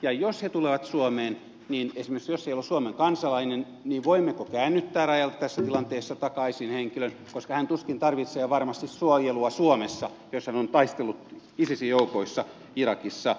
ja jos he tulevat suomeen niin jos esimerkiksi ei ole suomen kansalainen voimmeko käännyttää rajalta tässä tilanteessa takaisin henkilön koska hän tuskin tarvitsee suojelua suomessa jos hän on taistellut isisin joukoissa irakissa